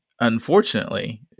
unfortunately